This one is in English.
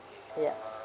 ya